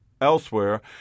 elsewhere